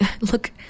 look